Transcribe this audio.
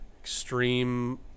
Extreme